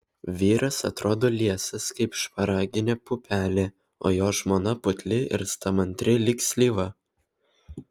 vyras atrodo liesas kaip šparaginė pupelė o jo žmona putli ir stamantri lyg slyva